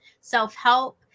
self-help